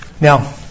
Now